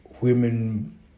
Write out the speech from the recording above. women